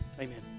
amen